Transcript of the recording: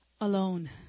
Alone